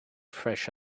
fresh